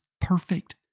perfect